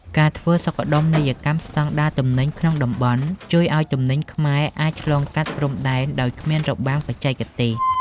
ការធ្វើសុខដុមនីយកម្មស្ដង់ដារទំនិញក្នុងតំបន់ ជួយឱ្យទំនិញខ្មែរអាចឆ្លងកាត់ព្រំដែនដោយគ្មានរបាំងបច្ចេកទេស។